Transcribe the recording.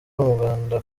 umuganga